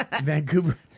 Vancouver